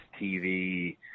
TV